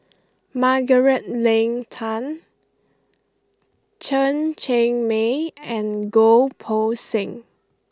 Margaret Leng Tan Chen Cheng Mei and Goh Poh Seng